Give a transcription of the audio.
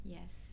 Yes